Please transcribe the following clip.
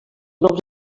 noms